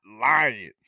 lying